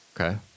Okay